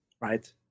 right